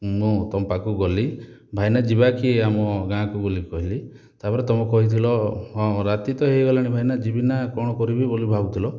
ମୁଁ ତମ ପାଖକୁ ଗଲି ଭାଇନା ଯିବାକି ଆମ ଗାଁ କୁ ବୋଲି କହିଲି ତାପରେ ତମେ କହିଥିଲ ହଁ ରାତିତ ହେଇଗଲାଣି ଭାଇନା ଯିବିନା କ'ଣ କରିବି ବୋଲି ଭାବୁଥିଲ